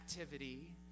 activity